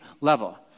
level